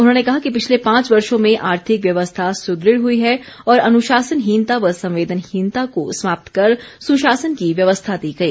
उन्होंने कहा कि पिछले पांच वर्षो में आर्थिक व्यवस्था सुदृढ़ हुई है और अनुशासनहीनता व संवेदनहीनता को समाप्त कर सुशासन की व्यवस्था दी गई